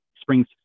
spring's